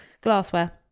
Glassware